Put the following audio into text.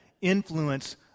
influence